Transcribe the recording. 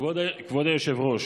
כבוד היושב-ראש,